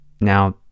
now